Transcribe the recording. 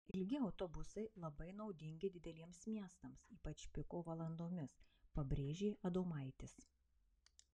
ilgi autobusai labai naudingi dideliems miestams ypač piko valandomis pabrėžė adomaitis